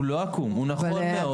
הוא לא עקום הוא נכון מאוד.